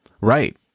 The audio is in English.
Right